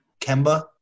Kemba